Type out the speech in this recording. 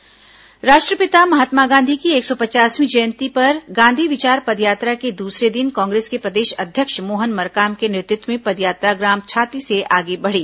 गांधी विचार पदयात्रा राष्ट्रपिता महात्मा गांधी की एक सौ पचासवीं जयंती पर गांधी विचार पदयात्रा के दूसरे दिन कांग्रेस के प्रदेश अध्यक्ष मोहन मरकाम के नेतृत्व में पदयात्रा ग्राम छाती से आगे बढ़ी